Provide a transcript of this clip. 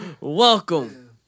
Welcome